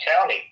county